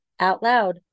OUTLOUD